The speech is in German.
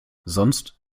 sonst